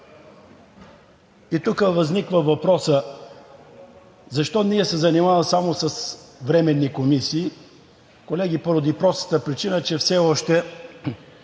Тук възниква въпросът: защо ние се занимаваме само с временни комисии? Колеги, поради простата причина, че все още